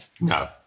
No